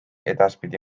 edaspidi